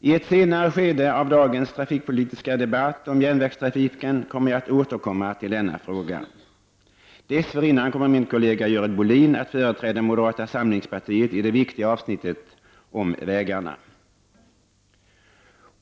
I ett senare skede av dagens trafikpolitiska debatt om järnvägstrafiken ämnar jag återkomma till denna fråga. Dessförinnan kommer min kollega Görel Bohlin att företräda moderata samlingspartiet i det viktiga avsnittet om vägarna.